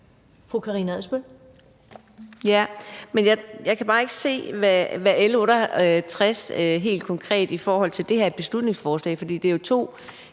Karina Adsbøl (DF): Ja, men jeg kan bare ikke se, hvad L 68 B helt konkret har at gøre med det her beslutningsforslag, for det er jo to